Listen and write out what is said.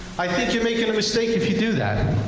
i think you're making a mistake if you do that.